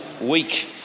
week